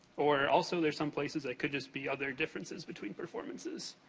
or also, there's some places it could just be other differences between performances,